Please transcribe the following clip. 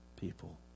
people